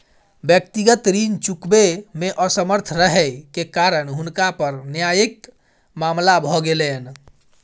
व्यक्तिगत ऋण चुकबै मे असमर्थ रहै के कारण हुनका पर न्यायिक मामला भ गेलैन